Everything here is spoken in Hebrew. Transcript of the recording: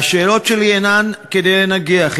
השאלות שלי אינן כדי לנגח,